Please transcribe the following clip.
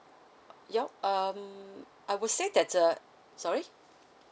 yup um I would say that uh sorry